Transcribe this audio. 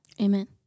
Amen